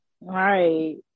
Right